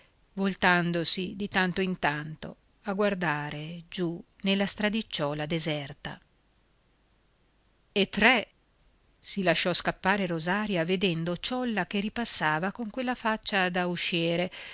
voltandosi di tanto in tanto a guardare giù nella stradicciuola deserta e tre si lasciò scappare rosaria vedendo ciolla che ripassava con quella faccia da usciere